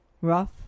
Rough